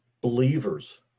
believers